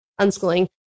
unschooling